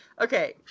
Okay